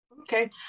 Okay